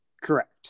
Correct